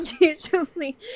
Usually